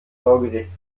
sorgerecht